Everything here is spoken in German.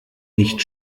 nicht